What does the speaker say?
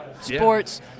sports